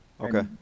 Okay